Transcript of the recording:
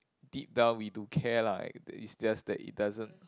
deep down we do care lah it's just that it doesn't